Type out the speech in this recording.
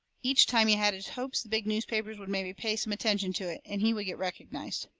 each time he had his hopes the big newspapers would mebby pay some attention to it, and he would get recognized.